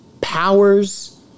powers